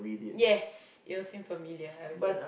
yes it would seem familiar I would say